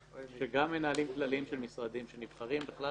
שגם מנהלים כלליים של משרדים שנבחרים בכלל